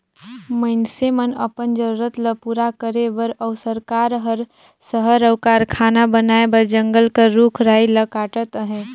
मइनसे मन अपन जरूरत ल पूरा करे बर अउ सरकार हर सहर अउ कारखाना बनाए बर जंगल कर रूख राई ल काटत अहे